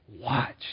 watch